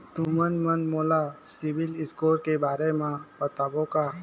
तुमन मन मोला सीबिल स्कोर के बारे म बताबो का?